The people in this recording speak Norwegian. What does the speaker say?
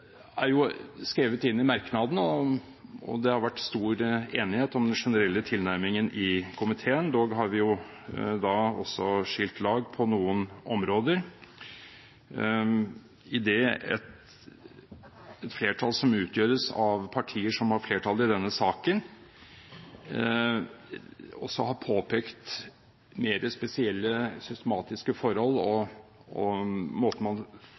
er skrevet inn i merknaden – at det har vært stor enighet om den generelle tilnærmingen i komiteen. Dog har vi skilt lag på noen områder, idet et flertall som utgjøres av partier som har flertallet i denne saken, også har påpekt mer spesielle systematiske forhold og måten man